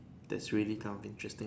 that's really kind of interesting